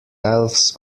elves